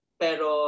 pero